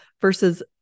versus